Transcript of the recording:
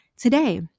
today